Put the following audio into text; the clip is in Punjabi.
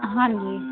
ਹਾਂਜੀ